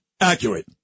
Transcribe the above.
accurate